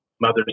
Mothers